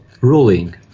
ruling